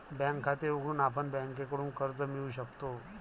bank खाते उघडून आपण बँकेकडून कर्ज मिळवू शकतो